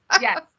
Yes